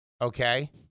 Okay